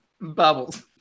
bubbles